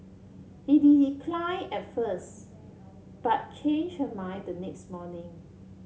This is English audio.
decline at first but change her mind the next morning